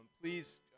please